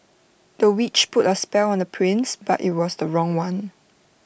the witch put A spell on the prince but IT was the wrong one